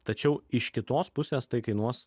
tačiau iš kitos pusės tai kainuos